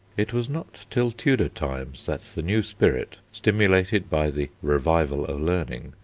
it was not till tudor times that the new spirit, stimulated by the revival of learning,